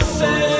say